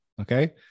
Okay